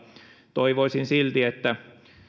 toivoisin silti että